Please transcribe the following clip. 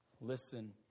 Listen